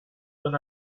when